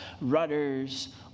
rudders